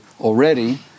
already